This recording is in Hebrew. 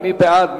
מי בעד?